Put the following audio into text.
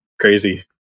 crazy